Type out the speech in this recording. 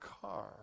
car